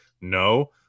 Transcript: No